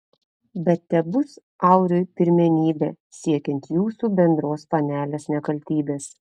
bet tebus auriui pirmenybė siekiant jūsų bendros panelės nekaltybės